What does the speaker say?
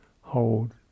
Hold